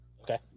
Okay